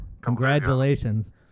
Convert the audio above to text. congratulations